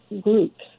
groups